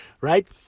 right